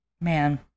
Man